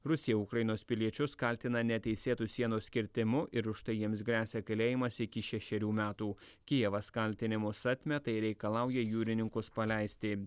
rusija ukrainos piliečius kaltina neteisėtu sienos kirtimu ir už tai jiems gresia kalėjimas iki šešerių metų kijevas kaltinimus atmeta ir reikalauja jūrininkus paleisti